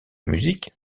musique